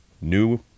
new